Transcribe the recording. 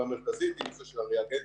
הבעיה המרכזית היא הנושא של הריאגנטים,